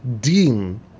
deem